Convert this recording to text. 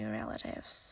relatives